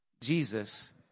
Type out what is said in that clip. Jesus